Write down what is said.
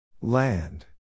Land